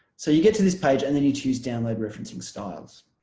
so you get to this page and then you choose download referencing styles